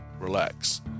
relax